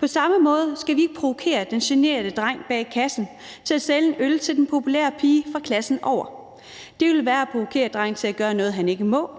På samme måde skal vi ikke provokere den generte dreng bag kassen til at sælge en øl til den populære pige fra klassen over ham. Det ville være at provokere drengen til at gøre noget, han ikke må,